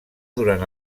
durant